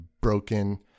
broken